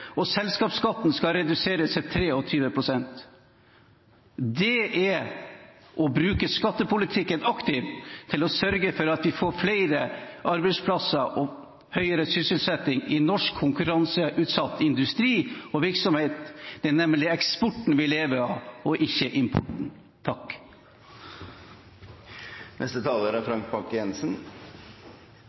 og selskapsskatten skal reduseres til 23 pst. Det er å bruke skattepolitikken aktivt til å sørge for at vi får flere arbeidsplasser og høyere sysselsetting i norsk konkurranseutsatt industri og virksomhet. Det er nemlig eksporten vi lever av, og ikke importen. Uttrykket «skattepjatt» er et morsomt uttrykk, men det er